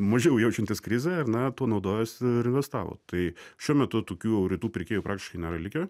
mažiau jaučiantys krizę ir na tuo naudojosi ir investavo tai šiuo metu tokių rytų pirkėjų praktiškai nėra likę